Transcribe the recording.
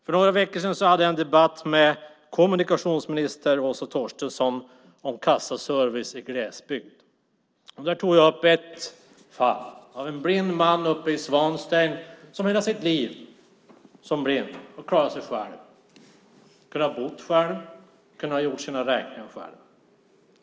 För några veckor sedan hade jag en debatt med kommunikationsminister Åsa Torstensson om kassaservice i glesbygd. Jag tog upp ett fall. Det var en blind man uppe i Svanstein som hela sitt liv har klarat sig själv. Han har kunnat bo själv och har skött sina räkningar själv.